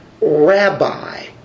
rabbi